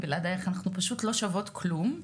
ובלעדיך אנחנו פשוט לא שוות כלום.